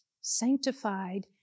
sanctified